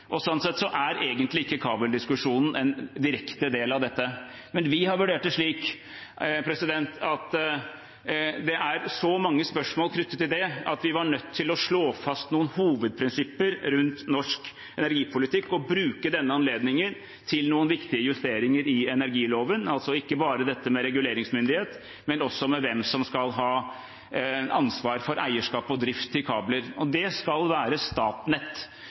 og slik sett er ikke kabeldiskusjonen en direkte del av dette. Men vi har vurdert det slik at det er så mange spørsmål knyttet til det at vi var nødt til å slå fast noen hovedprinsipper rundt norsk energipolitikk og bruke denne anledningen til noen viktige justeringer i energiloven – ikke bare dette med reguleringsmyndighet, men også med hvem som skal ha ansvar for eierskap og drift i kabler. Det skal være Statnett.